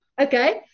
Okay